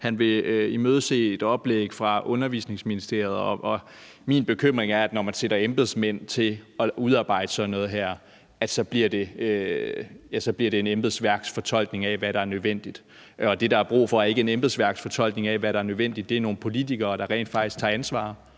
han vil imødese et oplæg fra Undervisningsministeriet, og min bekymring er, at når man sætter embedsmænd til at udarbejde sådan noget her, bliver det en embedsværksfortolkning af, hvad der er nødvendigt. Og det, der er brug for, er ikke en embedsværksfortolkning af, hvad der er nødvendigt, men nogle politikere, der rent faktisk tager ansvar